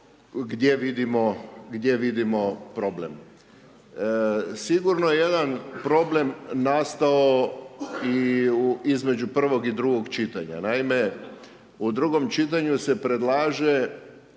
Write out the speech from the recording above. gdje vidimo problem. Sigurno je jedan problem nastao i između prvog i drugog čitanja. Naime, u drugom čitanju se predlaže